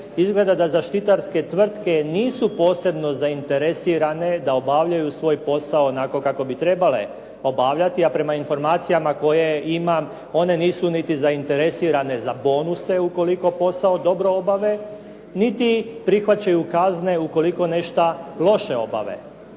izgleda da zaštitarske tvrtke nisu posebno zainteresirane da obavljaju svoj posao onako kako bi trebale obavljati, a prema informacijama koje imam, one nisu niti zainteresirane za bonuse ukoliko posao dobro obave niti prihvaćaju kazne ukoliko nešto loše obave.